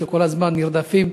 שכל הזמן נרדפים,